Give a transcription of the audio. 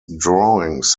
drawings